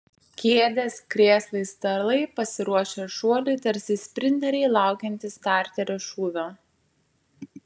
kėdės krėslai stalai pasiruošę šuoliui tarsi sprinteriai laukiantys starterio šūvio